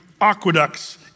aqueducts